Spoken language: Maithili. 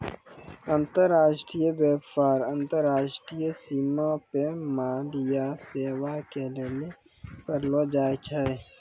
अन्तर्राष्ट्रिय व्यापार अन्तर्राष्ट्रिय सीमा पे माल या सेबा के लेली करलो जाय छै